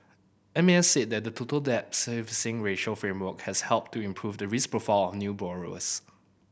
M A S said that the Total Debt Servicing Ratio framework has helped to improve the risk profile of new borrowers